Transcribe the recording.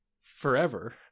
forever